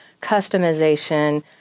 customization